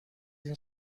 این